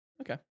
okay